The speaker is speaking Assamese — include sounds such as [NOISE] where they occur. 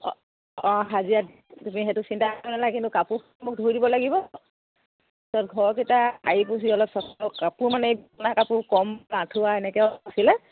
অঁ অঁ হাজিৰা তুমি সেইটো চিন্তা নেলাগে কিন্তু কাপোৰ মোক ধুই দব লাগিব ঘৰকেইটা হাৰি পুচি অলপ [UNINTELLIGIBLE] কাপোৰ কম আঠুৱা এনেকেও আছিলে